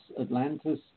Atlantis